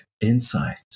insight